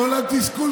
את כל התסכול שלהם,